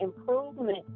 improvement